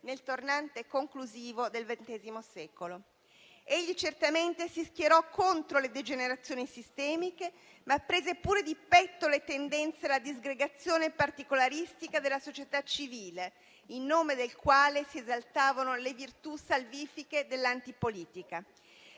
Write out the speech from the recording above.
nel tornante conclusivo del XX secolo. Egli certamente si schierò contro le degenerazioni sistemiche, ma prese pure di petto le tendenze alla disgregazione particolaristica della società civile in nome della quale si esaltavano le virtù salvifiche dell'antipolitica.